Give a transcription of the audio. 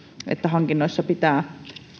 että hankinnoissa pitää